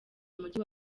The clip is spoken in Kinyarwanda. mujyi